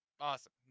Awesome